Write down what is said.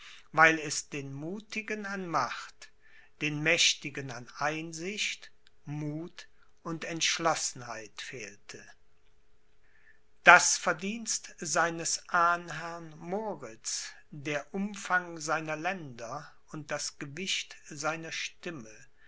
weil es den muthigen an macht den mächtigen an einsicht muth und entschlossenheit fehlte das verdienst seines ahnherrn moriz der umfang seiner länder und das gewicht seiner stimme